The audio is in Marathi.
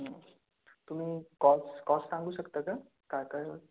तुमी कॉस कॉस्ट सांगू शकता का काय काय हुई